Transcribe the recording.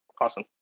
Awesome